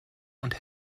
und